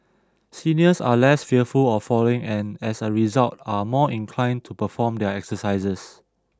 seniors are less fearful of falling and as a result are more inclined to perform their exercises